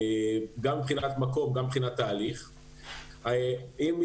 גם מבחינת מקום, גם מבחינת תהליך.